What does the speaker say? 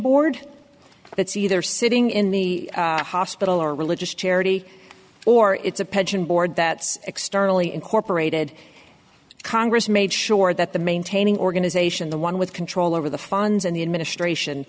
board that's either sitting in the hospital or religious charity or it's a pension board that externally incorporated congress made sure that the maintaining organization the one with control over the funds and the administration